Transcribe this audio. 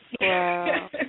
Wow